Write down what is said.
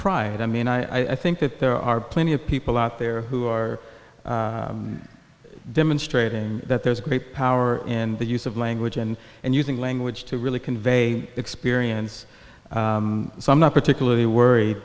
pride i mean i think that there are plenty of people out there who are demonstrating that there's a great power in the use of language and and using language to really convey experience so i'm not particularly worried